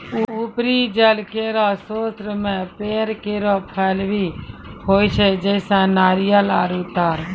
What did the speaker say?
उपरी जल केरो स्रोत म पेड़ केरो फल भी होय छै, जैसें नारियल आरु तार